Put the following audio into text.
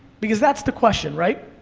because that's the question, right?